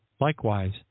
Likewise